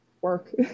work